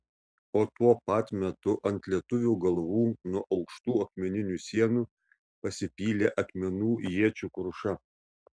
o tuo pat metu ant lietuvių galvų nuo aukštų akmeninių sienų pasipylė akmenų iečių kruša